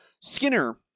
Skinner